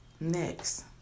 Next